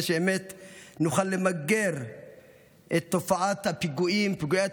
שבאמת נוכל למגר את תופעת פיגועי הטרור,